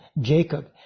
Jacob